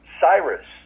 Cyrus